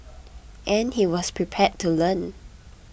and he was prepared to learn